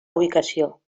ubicació